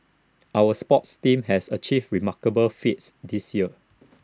our sports teams has achieved remarkable feats this year